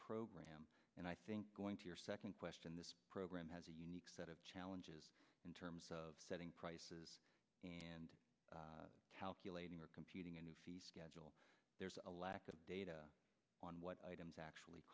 program and i think going to your second question this program has a unique set of challenges in terms of setting prices and calculating or competing and the schedule there's a lack of data on what items actually